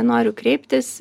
noriu kreiptis